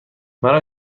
مرا